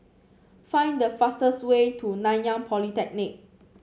find the fastest way to Nanyang Polytechnic